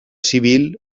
civil